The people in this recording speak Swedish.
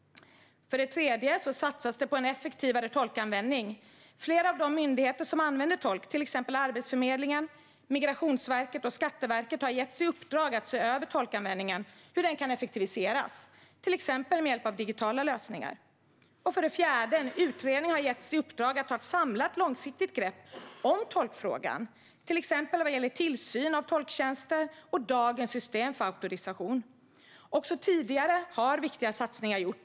Man satsar på en effektivare tolkanvändning. Flera av de myndigheter som använder tolk, till exempel Arbetsförmedlingen, Migrationsverket och Skatteverket, har getts i uppdrag att se över hur tolkanvändningen kan effektiviseras, till exempel med hjälp av digitala lösningar. En utredning har getts i uppdrag att ta ett samlat, långsiktigt grepp om tolkfrågan, till exempel när det gäller tillsyn av tolktjänster och dagens system för auktorisation. Också tidigare har viktiga satsningar gjorts.